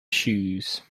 shoes